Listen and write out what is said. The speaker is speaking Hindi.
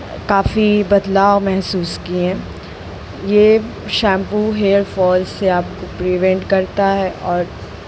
काफ़ी बदलाव महसूस किए ये शैम्पू हेयरफ़ॉल से आपको प्रिवेंट करता है और